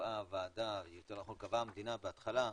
שקבעה המדינה בהתחלה,